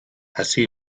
así